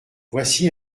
voici